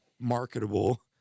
marketable